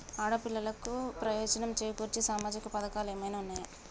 ఆడపిల్లలకు ప్రయోజనం చేకూర్చే సామాజిక పథకాలు ఏమైనా ఉన్నయా?